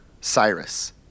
Cyrus